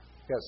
Yes